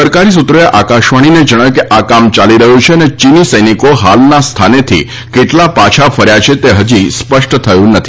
સરકારી સૂત્રોએ આકાશવાણીને કહ્યું કે આ કામ ચાલી રહ્યું છે અને ચીની સૈનિકો હાલના સ્થાનેથી કેટલા પાછા કર્યા છે હજી સ્પષ્ટ થયું નથી